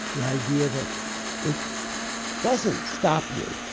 the idea that it doesn't stop you,